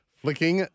flicking